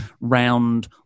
round